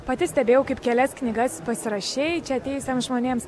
pati stebėjau kaip kelias knygas pasirašei čia atėjusiems žmonėms